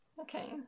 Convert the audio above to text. okay